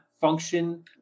function